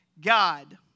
God